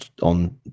on